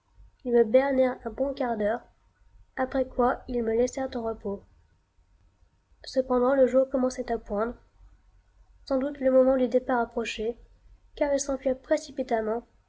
ils me bernèrent un bon quart d'heure après quoi ils me laissèrent en repos cependant le jour commençait à poindre sans doute le moment du départ approchait car ils s'enfuirent précipitamment